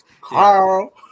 Carl